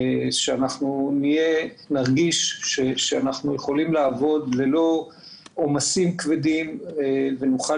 שנרגיש שאנחנו יכולים לעבוד ללא עומסים כבדים ונוכל